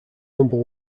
number